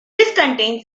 contains